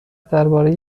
درباره